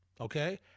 okay